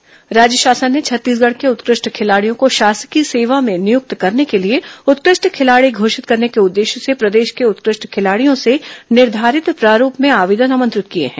उत्कृष्ट खिलाड़ी राज्य शासन ने छत्तीसगढ़ के उत्कृष्ट खिलाड़ियों को शासकीय सेवा में नियुक्त करने के लिए उत्कृष्ट खिलाड़ी घोषित करने के उदेश्य से प्रदेश के उत्कष्ट खिलाडियों से निर्धारित प्रारूप में आवेदन आमंत्रित किए गए हैं